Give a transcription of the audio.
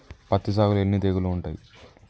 పత్తి సాగులో ఎన్ని తెగుళ్లు ఉంటాయి?